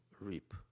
reap